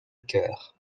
cœur